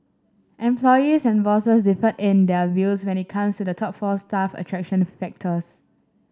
employees and bosses differed in their views when it comes to the top four staff attraction factors